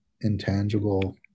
intangible